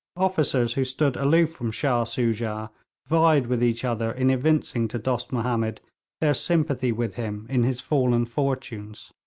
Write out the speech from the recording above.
officers who stood aloof from shah soojah vied with each other in evincing to dost mahomed their sympathy with him in his fallen fortunes.